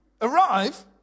arrive